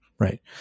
Right